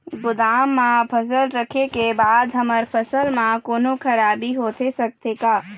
गोदाम मा फसल रखें के बाद हमर फसल मा कोन्हों खराबी होथे सकथे का?